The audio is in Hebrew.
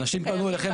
אנשים פנו אליכם,